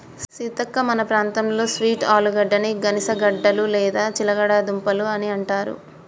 సీతక్క మన ప్రాంతంలో స్వీట్ ఆలుగడ్డని గనిసగడ్డలు లేదా చిలగడ దుంపలు అని అంటారు